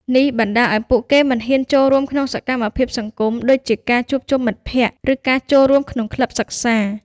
នេះបណ្ដាលឲ្យពួកគេ មិនហ៊ានចូលរួមក្នុងសកម្មភាពសង្គម ដូចជាការជួបជុំមិត្តភក្ដិ ឬការចូលរួមក្នុងក្លឹបសិក្សា។